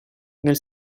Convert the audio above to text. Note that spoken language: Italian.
nel